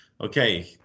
okay